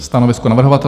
Stanovisko navrhovatele?